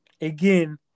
again